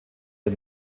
der